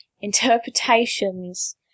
Interpretations